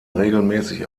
regelmäßig